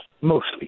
mostly